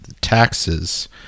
taxes